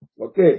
Okay